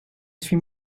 suis